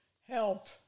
Help